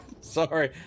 sorry